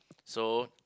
so